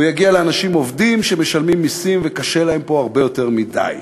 הוא יגיע לאנשים עובדים שמשלמים מסים וקשה להם פה הרבה יותר מדי.